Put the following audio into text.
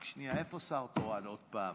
רק שנייה, איפה השר התורן עוד פעם?